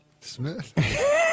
Smith